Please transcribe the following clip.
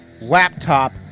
Laptop